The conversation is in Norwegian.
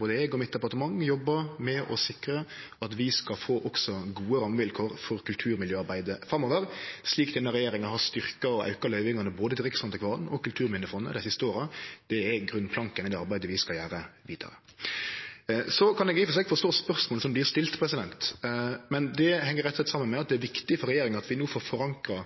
både eg og mitt departementet jobbar med å sikre at vi skal få gode rammevilkår for kulturmiljøarbeidet også framover, slik denne regjeringa har styrkt og auka løyvingane til både Riksantikvaren og Kulturminnefondet dei siste åra. Det er grunnplanken i det arbeidet vi skal gjere vidare. Eg kan i og for seg forstå spørsmålet som vert stilt, men det heng rett og slett saman med at det er viktig for regjeringa at vi no får forankra